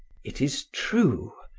it is true,